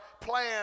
plan